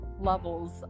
levels